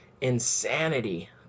insanity